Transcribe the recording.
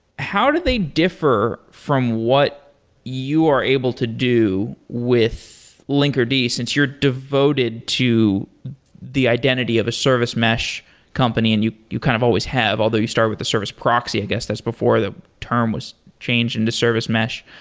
how did they differ from what you are able to do with linkerd since you're devoted to the identity of a service mesh company? and you you kind of always have, although you start with the service proxy, i guess. that's before the term was changed into service mesh.